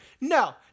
no